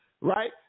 right